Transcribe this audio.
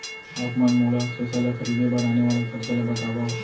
आप मन मोला थ्रेसर ल खरीदे बर आने वाला खरचा ल बतावव?